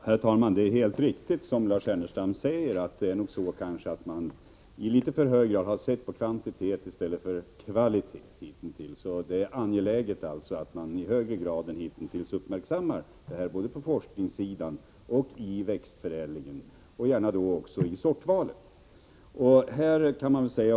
Herr talman! Det är helt riktigt, som Lars Ernestam säger, att man hitintills i litet för hög grad har sett till kvantiteten i stället för till kvaliteten. Det är angeläget att detta uppmärksammas mera både inom forskningen och inom växtförädlingen och gärna också när det gäller sortvalet.